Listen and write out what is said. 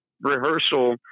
rehearsal